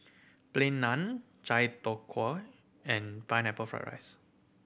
Plain Naan chai tow kway and Pineapple Fried rice